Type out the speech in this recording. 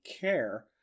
care